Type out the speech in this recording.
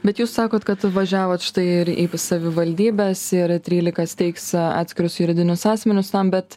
bet jūs sakot kad važiavot štai ir į savivaldybes ir trylika steigs atskirus juridinius asmenis tam bet